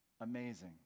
amazing